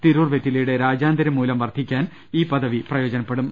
തിരൂർ വെറ്റിലയുടെ രാജ്യാന്തര മൂല്യം വർദ്ധിക്കാൻ ഈ പദവി പ്രയോജനപ്പെടും